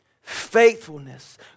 faithfulness